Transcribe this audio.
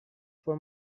for